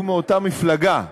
היו מאותה מפלגה.